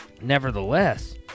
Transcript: nevertheless